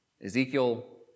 Ezekiel